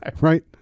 Right